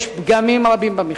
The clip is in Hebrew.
יש פגמים רבים במכרז.